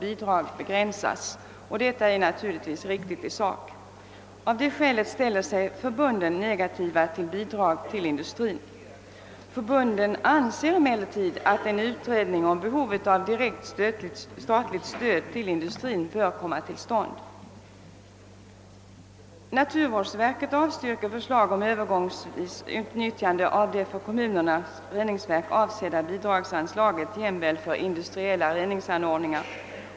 Det ta är naturligtvis riktigt i sak. Av det skälet ställer sig förbunden negativa till sådana bidrag till industrin. Förbunden anser emellertid att en utredning om behovet av direkt statligt stöd till industrin bör komma till stånd. Naturvårdsverket avstyrker förslag om Övergångsvis utnyttjande av det för kommunernas reningsverk avsedda bidragsanslaget jämväl för industriella reningsanordningar.